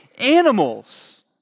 animals